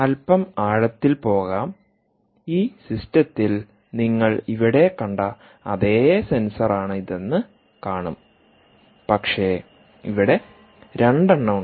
അൽപ്പം ആഴത്തിൽ പോകാം ഈ സിസ്റ്റത്തിൽ നിങ്ങൾ ഇവിടെ കണ്ട അതേ സെൻസറാണ് ഇതെന്ന് കാണും പക്ഷേ ഇവിടെ രണ്ടെണ്ണം ഉണ്ട്